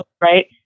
right